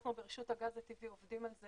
אנחנו ברשות הגז הטבעי עובדים על זה